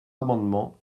amendement